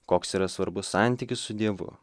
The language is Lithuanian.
koks yra svarbus santykis su dievu